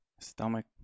stomach